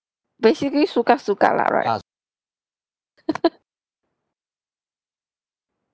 basically suka suka lah right